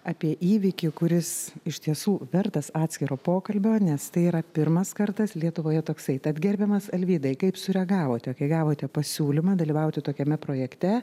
apie įvykį kuris iš tiesų vertas atskiro pokalbio nes tai yra pirmas kartas lietuvoje toksai tad gerbiamas alvydai kaip sureagavote kai gavote pasiūlymą dalyvauti tokiame projekte